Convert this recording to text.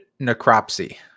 Necropsy